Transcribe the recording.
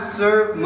serve